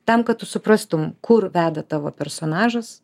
tam kad tu suprastum kur veda tavo personažas